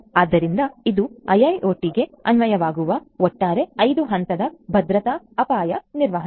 ಆದ್ದರಿಂದ ಇದು ಐಐಒಟಿಗೆ ಅನ್ವಯವಾಗುವ ಒಟ್ಟಾರೆ 5 ಹಂತದ ಭದ್ರತಾ ಅಪಾಯ ನಿರ್ವಹಣೆ